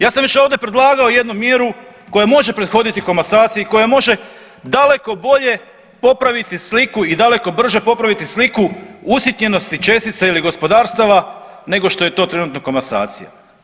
Ja sam već ovdje predlagao jednu mjeru koja može prethoditi komasaciji, koja može daleko bolje popraviti sliku i dakle brže popraviti sliku usitnjenosti čestica ili gospodarstava nego što je to trenutno komasacija.